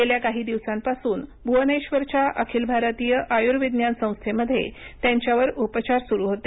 गेल्या काही दिवसांपासून भुवनेश्वरच्या अखिल भारतीय आयुर्विज्ञान संस्थेमध्ये त्यांच्यावर उपचार सुरू होते